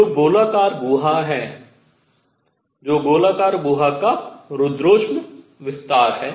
जो गोलाकार गुहा है जो गोलाकार गुहा का रुद्धोष्म विस्तार है